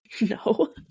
no